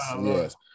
yes